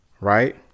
Right